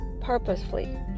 purposefully